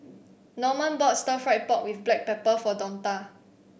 Norman bought Stir Fried Pork with Black Pepper for Donta